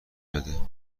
بده